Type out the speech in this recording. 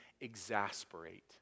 exasperate